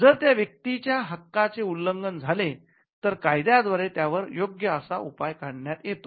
जर त्या व्यक्तीच्या हक्काचे उल्लंघन झाले तर् कायद्या द्वारे त्यावर योग्य असा उपाय काढण्यात येतो